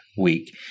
week